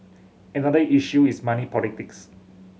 another issue is money politics